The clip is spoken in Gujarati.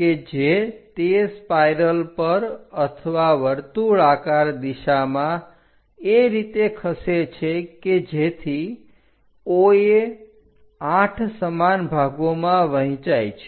કે જે તે સ્પાઇરલ પર અથવા વર્તુળાકાર દિશામાં એ રીતે ખસે છે કે જેથી OA 8 સમાન ભાગોમાં વહેંચાય છે